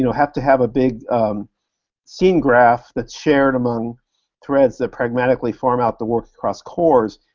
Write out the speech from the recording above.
you know have to have a big scene graph that's shared among threads that pragmatically farm out the work across cores,